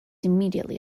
immediately